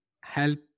help